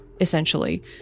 essentially